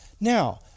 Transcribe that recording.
Now